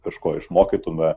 kažko išmokytume